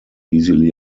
easily